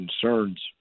concerns